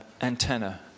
antenna